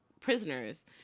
prisoners